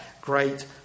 great